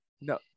no